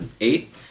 Eight